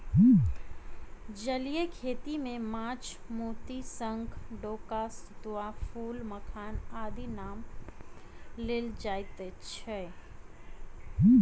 जलीय खेती मे माछ, मोती, शंख, डोका, सितुआ, फूल, मखान आदिक नाम लेल जाइत छै